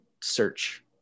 search